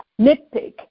nitpick